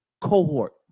cohort